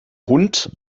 hund